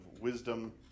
wisdom